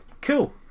cool